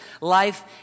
life